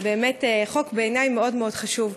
באמת, בעיני, חוק מאוד מאוד חשוב.